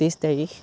তেইছ তাৰিখ